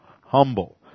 humble